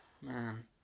Man